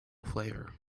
flavor